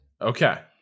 okay